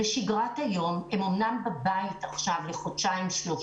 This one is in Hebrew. בשגרת היום הם אומנם בבית עכשיו לחודשיים-שלושה,